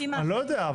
אני לא יודע.